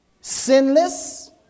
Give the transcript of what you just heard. sinless